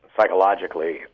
psychologically